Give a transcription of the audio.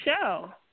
show